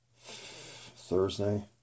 Thursday